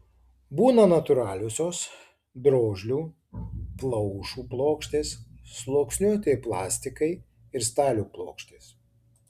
būna natūraliosios drožlių plaušų plokštės sluoksniuotieji plastikai ir stalių plokštės